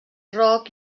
rock